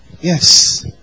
Yes